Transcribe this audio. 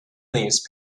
these